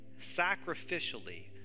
sacrificially